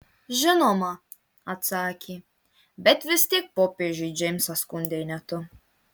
žinoma atsakė bet vis tiek popiežiui džeimsą skundei ne tu